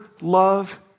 love